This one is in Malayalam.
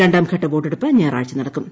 രണ്ടാംഘട്ട വോട്ടെപ്പ് ഞായറാഴ്ച നടക്കും